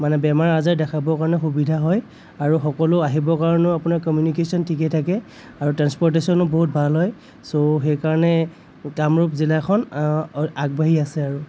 মানে বেমাৰ আজাৰ দেখাব কাৰণে সুবিধা হয় আৰু সকলো আহিবৰ কাৰণে আপোনাৰ কমিউনিকেশ্বন ঠিক থাকে আৰু ট্ৰেন্সপ'ৰ্টেশ্বনো বহুত ভাল হয় ছ' সেইকাৰণে কামৰূপ জিলাখন আগবাঢ়ি আছে আৰু